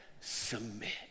submit